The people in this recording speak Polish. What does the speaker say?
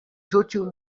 rzucił